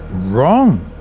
wrong.